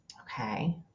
Okay